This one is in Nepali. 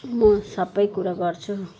म सबै कुरो गर्छु